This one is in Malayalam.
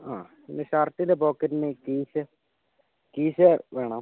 അതെ പിന്നെ ഷർട്ടിൻ്റെ പോക്കറ്റിന് കീശ കീശ വേണം